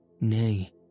Nay